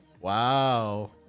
Wow